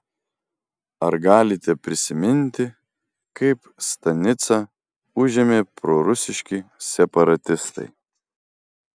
ar galite prisiminti kaip stanicą užėmė prorusiški separatistai